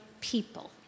people